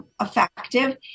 Effective